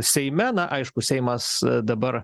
seime na aišku seimas dabar